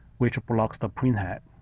which blocks the printhead.